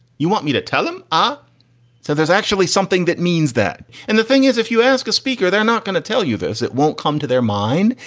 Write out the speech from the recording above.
you want me to tell him. ah so there's actually something that means that. and the thing is, if you ask a speaker, they're not going to tell you this. it won't come to their mind.